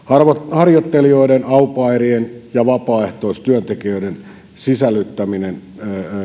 harjoittelijoiden au pairien ja vapaaehtoistyöntekijöiden sisällyttäminen